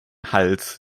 hals